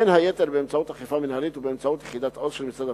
בין היתר באמצעות אכיפה מינהלית ובאמצעות יחידת "עוז" של משרד הפנים.